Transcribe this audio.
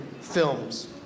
films